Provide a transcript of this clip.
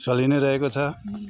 चली नै रहेको छ